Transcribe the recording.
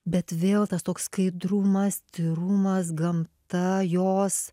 bet vėl tas toks skaidrumas tyrumas gamta jos